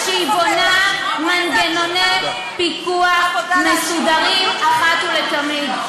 ושבונה מנגנוני פיקוח מסודרים אחת ולתמיד.